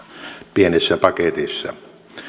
pienessä paketissa